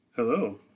Hello